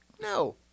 No